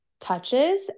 touches